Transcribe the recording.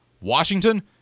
Washington